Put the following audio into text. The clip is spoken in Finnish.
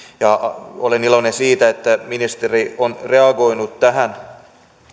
ja olen iloinen siitä että ministeri on reagoinut tähän